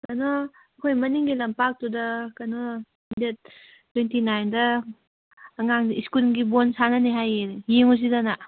ꯀꯩꯅꯣ ꯑꯩꯈꯣꯏ ꯃꯅꯤꯡꯒꯤ ꯂꯝꯄꯥꯛꯇꯨꯗ ꯀꯩꯅꯣ ꯗꯦꯠ ꯇ꯭ꯋꯦꯟꯇꯤ ꯅꯥꯏꯟꯗ ꯑꯉꯥꯡꯁꯤꯡ ꯏꯁ꯭ꯀꯨꯜꯒꯤ ꯕꯣꯜ ꯁꯥꯟꯅꯅꯤ ꯍꯥꯏꯌꯦ ꯌꯦꯡꯉꯨꯁꯤꯗꯅ